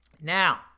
Now